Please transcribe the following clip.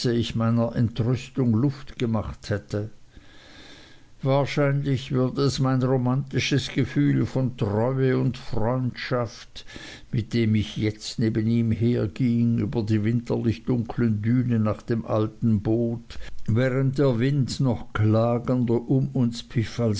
ich meiner entrüstung luft gemacht hätte wahrscheinlich würde es mein romantisches gefühl von treue und freundschaft mit dem ich jetzt neben ihm herging über die winterlich dunkeln dünen nach dem alten boot während der wind noch klagender um uns